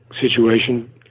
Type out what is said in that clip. situation